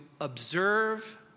observe